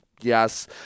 yes